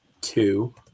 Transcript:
Two